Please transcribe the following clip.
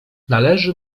należy